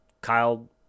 Kyle